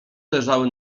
leżały